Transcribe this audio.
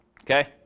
Okay